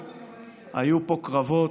קרבות,